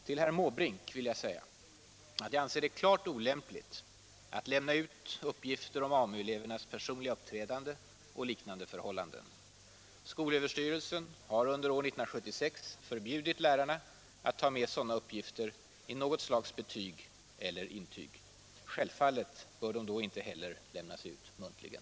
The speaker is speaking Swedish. Till herr Måbrink vill jag säga att jag anser det klart olämpligt att lämna ut uppgifter om AMU-elevernas personliga uppträdande och liknande förhållanden. Skolöverstyrelsen har under år 1976 förbjudit lärarna att ta med sådana uppgifter i något slags betyg eller intyg. Självfallet bör de då inte heller lämnas ut muntligen.